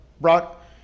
brought